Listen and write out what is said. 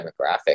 demographic